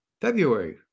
February